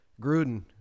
Gruden